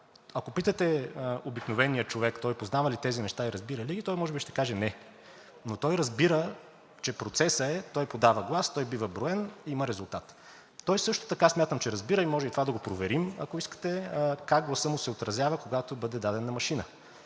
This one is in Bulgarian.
Ако питате обикновения човек, той познава ли тези неща и разбира ли ги, той може би ще каже – не. Но той разбира, че процесът е – той подава глас, той бива броен, има резултат. Той също така, смятам, че разбира и може и това да го проверим, ако искате, как гласът му се отразява, когато бъде даден на машина.